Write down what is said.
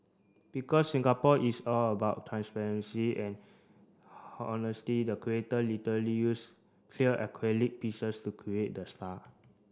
because Singapore is all about transparency and honesty the creator literally used clear acrylic pieces to create the star